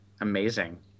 amazing